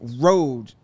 road